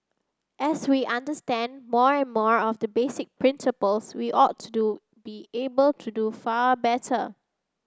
as we understand more and more of the basic principles we ought to do be able to do far better